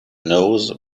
knows